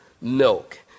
milk